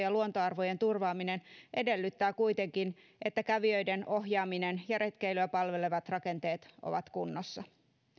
ja luontoarvojen turvaaminen edellyttävät kuitenkin että kävijöiden ohjaaminen ja retkeilyä palvelevat rakenteet ovat kunnossa